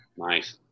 Nice